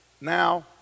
now